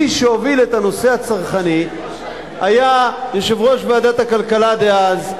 מי שהוביל את הנושא הצרכני היה יושב-ראש ועדת הכלכלה דאז,